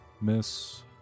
Miss